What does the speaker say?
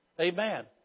Amen